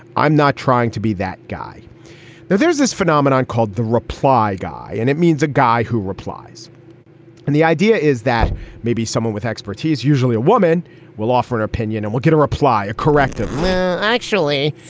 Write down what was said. i'm not trying to be that guy that there's this phenomenon called the reply guy and it means a guy who replies and the idea is that maybe someone with expertise usually a woman will offer an opinion and we'll get a reply a corrective letter actually.